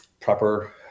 proper